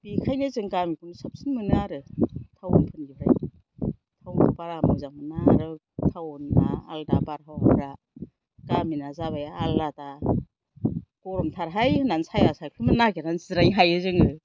बेखायनो जों गामिखौ साबसिन मोनो आरो टाउन निफ्राय टाउन आव बारा मोजां नङा टाउन आ आलदा बारहावाफ्रा गामिना जाबाय आलादा गरमथारहाय होननानै साया सायख्लुम नागिरनानै जिराय हायो जोङो